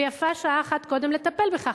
ויפה שעה אחת קודם לטפל בכך.